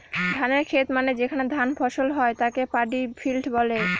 ধানের খেত মানে যেখানে ধান ফসল হয় তাকে পাডি ফিল্ড বলে